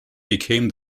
became